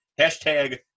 Hashtag